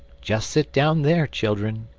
just sit down there, children,